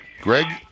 Greg